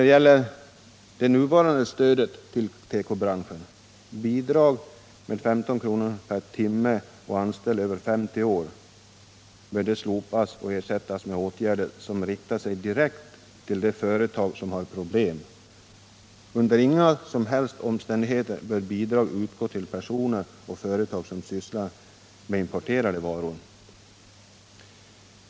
Det nuvarande stödet till tekobranschen — bidrag om 15 kr./timme och anställd över 50 år — bör slopas och ersättas med åtgärder som riktar sig direkt till de företag som har problem. Under inga som helst omständigheter bör bidraget utgå till personer och företag som sysslar med importerade varor.